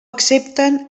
accepten